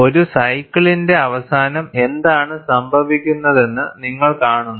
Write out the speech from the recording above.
ഒരു സൈക്കിളിന്റെ അവസാനം എന്താണ് സംഭവിക്കുന്നതെന്ന് നിങ്ങൾ കാണുന്നു